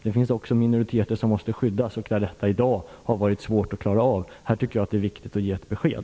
Det finns också minoriteter som måste skyddas, och detta har i dag varit svårt att klara av. Här tycker jag att det är viktigt att ge ett besked.